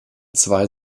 zwei